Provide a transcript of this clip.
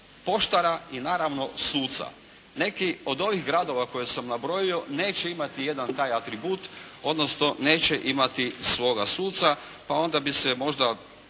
poštara i naravno suca. Neki od ovih gradova koje sam nabrojio neće imati jedan taj atribut, odnosno neće imati svoga suca pa onda bi se možda